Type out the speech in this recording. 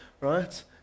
right